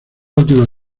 última